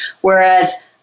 Whereas